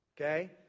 Okay